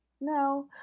No